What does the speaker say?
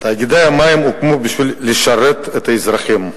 תאגידי המים הוקמו כדי לשרת את האזרחים,